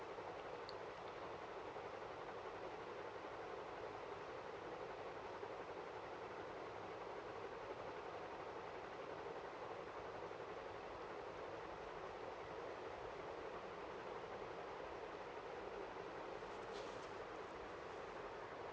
oh